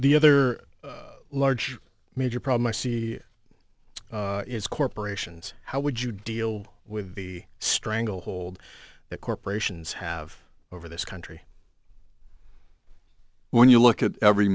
the other large major problem i see is corporations how would you deal with the stranglehold that corporations have over this country when you look at every